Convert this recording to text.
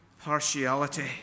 partiality